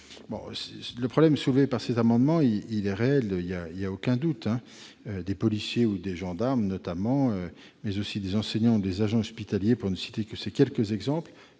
Le problème soulevé à travers cet amendement est réel ; il n'y a aucun doute sur ce point : des policiers ou des gendarmes notamment, mais aussi des enseignants ou des agents hospitaliers, pour ne citer que ces quelques exemples,